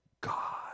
God